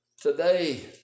today